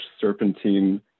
serpentine